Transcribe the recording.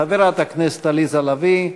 חברת הכנסת עליזה לביא,